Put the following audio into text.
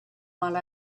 while